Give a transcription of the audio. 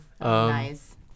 nice